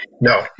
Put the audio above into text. No